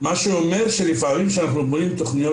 מה שאומר שלפעמים כשאנחנו בונים תוכניות